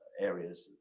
areas